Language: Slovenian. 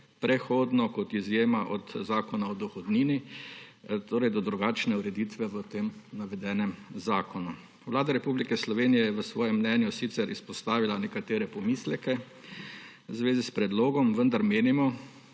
prehodno kot izjema od Zakona o dohodnini, torej do drugačne ureditve v tem navedenem zakonu. Vlada Republike Slovenije je v svojem mnenju sicer izpostavila nekatere pomisleke v zvezi s predlogom, vendar menimo,